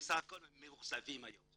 ובסך הכל הם מאוכזבים היום.